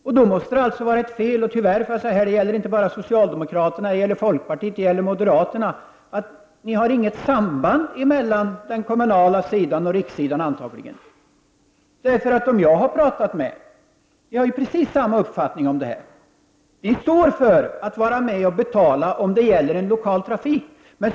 Men då måste det vara något fel — och tyvärr gäller det inte bara socialdemokraterna utan även folkpartiet och moderaterna — eftersom det verkar som om det inte finns något samband mellan den kommunala sidan och rikssidan. De som jag har talat med har nämligen precis samma uppfattning om detta, de är beredda att vara med och betala lokaltrafiken.